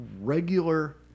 regular